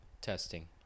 Testing